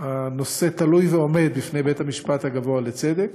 הנושא תלוי ועומד בפני בית-המשפט הגבוה לצדק,